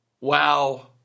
wow